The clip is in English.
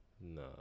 No